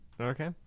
Okay